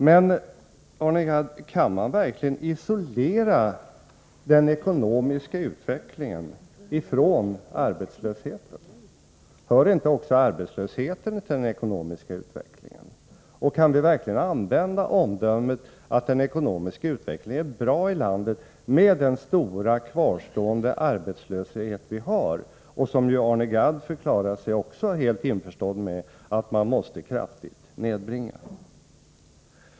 Men, Arne Gadd, kan man verkligen isolera den ekonomiska utvecklingen från arbetslösheten? Hör inte också arbetslösheten till den ekonomiska utvecklingen? Kan vi verkligen fälla omdömet att den ekonomiska utvecklingen i landet är bra när vi har en så stor kvarstående arbetslöshet; också Arne Gadd förklarade sig ju helt införstådd med att man måste nedbringa den kraftigt.